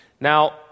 Now